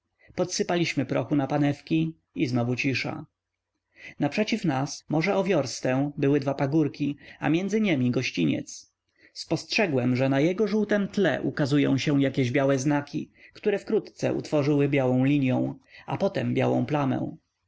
podsypaliśmy prochu na panewki i znowu cisza naprzeciw nas może o wiorstę były dwa pagórki a między niemi gościniec spostrzegłem że na jego żółtem tle ukazują się jakieś białe znaki które wkrótce utworzyły białą linią a potem białą plamę